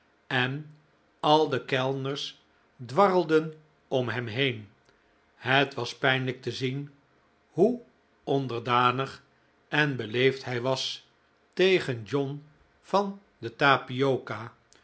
en al de kellners dwarrelden om hem heen het was pijnlijk te zien hoe onderdanig en beleefd hij was tegen john van de